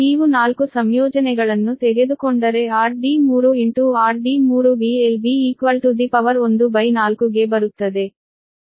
ನೀವು 4 ಸಂಯೋಜನೆಗಳನ್ನು ತೆಗೆದುಕೊಂಡರೆ rd3rd3 Vlb equal to the power 1 by 4 ಗೆ ಬರುತ್ತದೆ